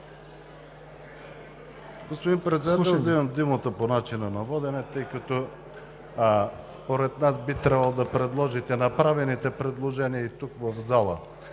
Господин Председател, взимам думата по начина на водене, тъй като според нас би трябвало да подложите на гласуване направените предложения и тук, в залата.